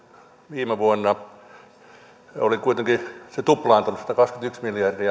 viime vuonna se oli kuitenkin tuplaantunut satakaksikymmentäyksi miljardia viisikymmentäyhdeksän